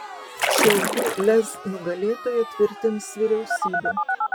šiaulių lez nugalėtoją tvirtins vyriausybė